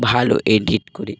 ভালো এডিট করে